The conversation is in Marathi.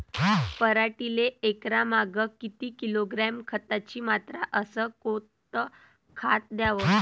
पराटीले एकरामागं किती किलोग्रॅम खताची मात्रा अस कोतं खात द्याव?